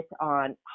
on